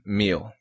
meal